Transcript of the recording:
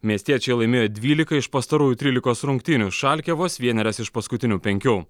miestiečiai laimėjo dvylika iš pastarųjų trylikos rungtynių šalkė vos vienerias iš paskutinių penkių